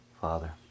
Father